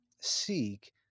seek